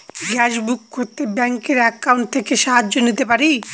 Gas book করতে ব্যাংকের account থেকে সাহায্য নিতে পারি?